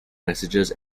messages